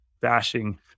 bashing